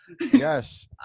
yes